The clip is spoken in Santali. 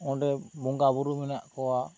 ᱚᱸᱰᱮ ᱵᱚᱸᱜᱟ ᱵᱳᱨᱳ ᱢᱮᱱᱟᱜ ᱠᱚᱣᱟ